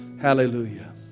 Hallelujah